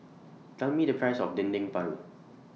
Tell Me The Price of Dendeng Paru